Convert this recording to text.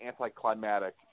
anticlimactic